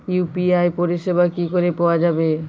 UPI পরিষেবা কি করে পাওয়া যাবে?